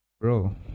Bro